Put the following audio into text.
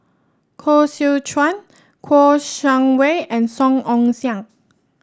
Koh Seow Chuan Kouo Shang Wei and Song Ong Siang